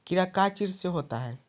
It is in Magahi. कीड़ा का चीज से होता है?